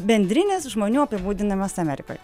bendrinis žmonių apibūdinamas amerikoj